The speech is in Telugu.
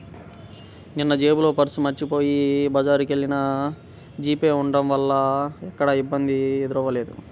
నిన్నజేబులో పర్సు మరచిపొయ్యి బజారుకెల్లినా జీపే ఉంటం వల్ల ఎక్కడా ఇబ్బంది ఎదురవ్వలేదు